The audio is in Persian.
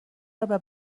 رابه